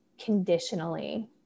conditionally